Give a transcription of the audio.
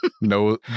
No